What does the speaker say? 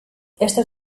estos